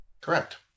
Correct